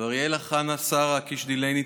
ואריאלה חנה שרה קיש-דילייני,